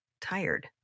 tired